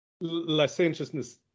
licentiousness